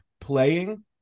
playing